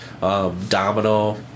Domino